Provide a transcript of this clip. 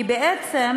כי בעצם